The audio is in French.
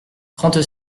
trente